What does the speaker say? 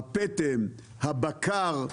הפטם, הבקר,